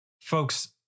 Folks